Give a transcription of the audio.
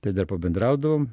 tai dar pabendraudavom